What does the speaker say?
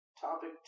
Topic